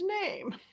name